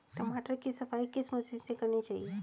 टमाटर की सफाई किस मशीन से करनी चाहिए?